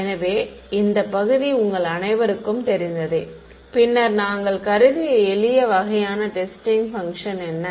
எனவே இந்த பகுதி உங்கள் அனைவருக்கும் தெரிந்ததே பின்னர் நாங்கள் கருதிய எளிய வகையான டெஸ்டிங் பங்க்ஷன் என்ன